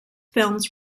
films